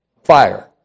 Fire